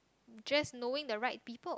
just knowing the right people